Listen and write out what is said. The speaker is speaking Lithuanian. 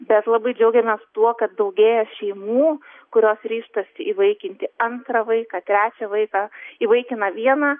bet labai džiaugiamės tuo kad daugėja šeimų kurios ryžtasi įvaikinti antrą vaiką trečią vaiką įvaikina vieną